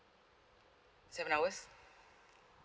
seven hours